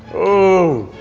oh.